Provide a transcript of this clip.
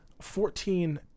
Fourteen